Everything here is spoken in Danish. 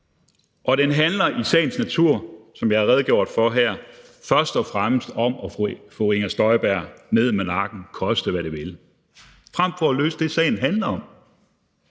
Og den handler i sagens natur, som jeg har redegjort for her, først og fremmest om at få fru Inger Støjberg ned med nakken, koste hvad det vil, frem for at løse det, sagen handler om,